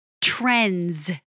trends